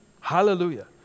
Hallelujah